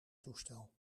toestel